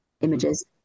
images